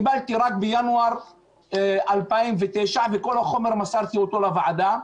קיבלתי רק בינואר 2009 ואת כל החומר מסרתי לוועדה.